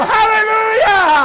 Hallelujah